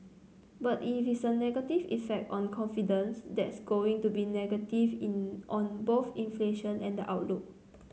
but if it's a negative effect on confidence that's going to be negative in on both inflation and the outlook